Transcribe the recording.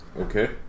Okay